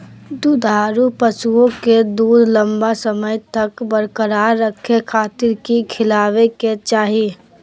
दुधारू पशुओं के दूध लंबा समय तक बरकरार रखे खातिर की खिलावे के चाही?